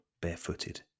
barefooted